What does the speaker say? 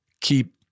Keep